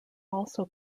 also